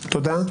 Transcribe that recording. תודה.